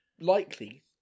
likely